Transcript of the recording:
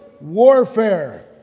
warfare